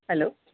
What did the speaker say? hello